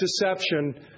deception